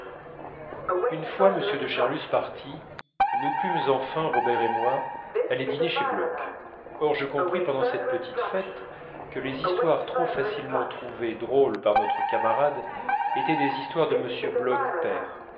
une fois m de charlus parti nous pûmes enfin robert et moi aller dîner chez bloch or je compris pendant cette petite fête que les histoires trop facilement trouvées drôles par notre camarade étaient des histoires de m bloch père